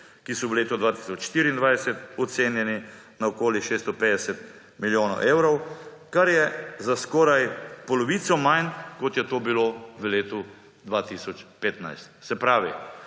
ki so v letu 2024 ocenjeni na okoli 650 milijonov evrov, kar je za skoraj polovico manj, kot je to bilo v letu 2015. Se pravi,